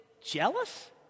jealous